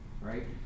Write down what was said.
right